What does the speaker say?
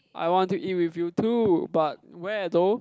I want to eat with you too but where though